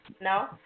No